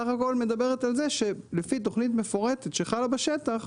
סך הכל מדברת על זה שלפי תוכנית מפורטת שחלה בשטח,